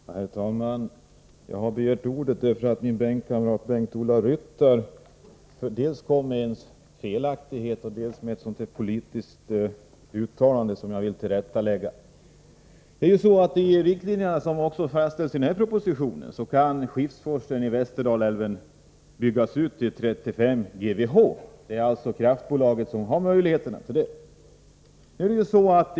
Herr talman! Jag har begärt ordet därför att min bänkkamrat Bengt-Ola Ryttar dels gjorde ett felaktigt påstående, dels kom med ett politiskt uttalande som jag vill bemöta. Västerdalälven byggas ut till 35 GWh. Det är alltså kraftbolaget som har möjligheter till det.